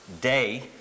day